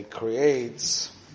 creates